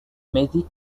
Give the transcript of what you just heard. magic